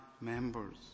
members